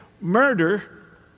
Murder